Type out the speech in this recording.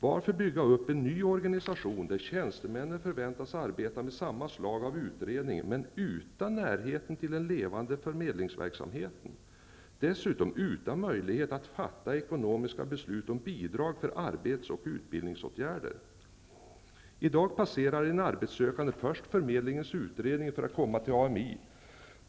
Varför bygga upp en ny organisation, där tjänstemännen förväntas arbeta med samma slag av utredning, men utan närheten till den levande förmedlingsverksamheten, och dessutom utan möjlighet att fatta ekonomiska beslut om bidrag för arbets och utbildningsåtgärder? I dag passerar en arbetssökande först förmedlingens utredning för att komma till AMI.